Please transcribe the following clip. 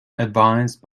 advised